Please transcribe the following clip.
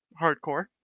hardcore